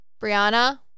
Brianna